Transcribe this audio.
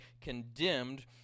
condemned